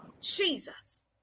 Jesus